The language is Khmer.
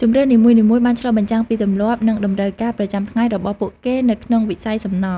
ជម្រើសនីមួយៗបានឆ្លុះបញ្ចាំងពីទម្លាប់និងតម្រូវការប្រចាំថ្ងៃរបស់ពួកគេនៅក្នុងវិស័យសំណង់។